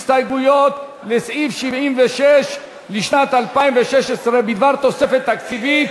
הסתייגויות לסעיף 76 לשנת 2016 בדבר תוספת תקציבית.